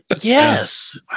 Yes